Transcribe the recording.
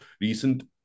recent